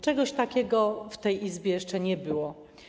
Czegoś takiego w tej Izbie jeszcze nie było.